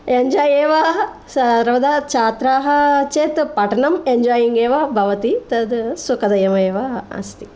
enjoy एव सर्वदा छात्राः चेत् पठनम् एञ्जायिङ्ग् एव भवति तत् सुखदमयमेव अस्ति